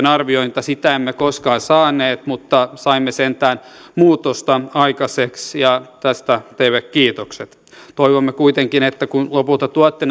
arviointia sitä emme koskaan saaneet mutta saimme sentään muutosta aikaiseksi ja tästä teille kiitokset toivomme kuitenkin että kun lopulta tuotte